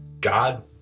God